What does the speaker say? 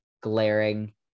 glaring